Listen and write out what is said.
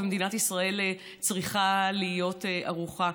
ומדינת ישראל צריכה להיות ערוכה.